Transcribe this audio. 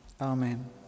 amen